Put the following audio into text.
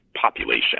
population